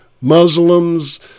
Muslims